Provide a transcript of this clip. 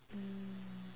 mm